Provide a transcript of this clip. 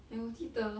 I 我记得